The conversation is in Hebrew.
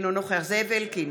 אינו נוכח זאב אלקין,